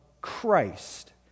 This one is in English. Christ